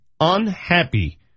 unhappy